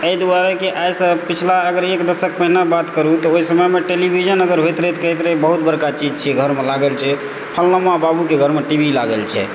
एहि दुआरे जे आइसँ पछिला अगर एक दशक पहिनेके बात करू तऽ ओहि समयमे टेलीविजन अगर होइत रहै तऽ कहैत रहै बहुत बड़का चीज छियैक घरमे लागल छै फलामा बाबूके घरमे टी वी लागल छनि